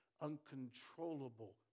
uncontrollable